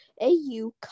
A-U